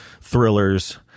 thrillers